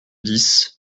dix